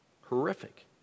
Horrific